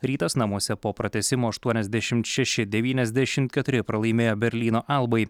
rytas namuose po pratęsimo aštuoniasdešimt šeši devyniasdešimt keturi pralaimėjo berlyno albai